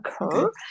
occur